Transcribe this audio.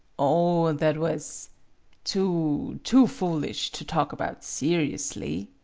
oh, that was too too foolish to talk about seriously.